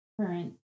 current